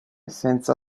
senza